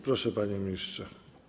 Proszę, panie ministrze.